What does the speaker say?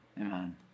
amen